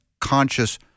conscious